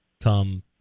come